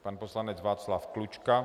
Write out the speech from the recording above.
Pan poslanec Václav Klučka.